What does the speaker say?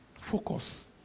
Focus